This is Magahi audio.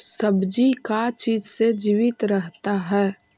सब्जी का चीज से जीवित रहता है?